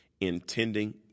intending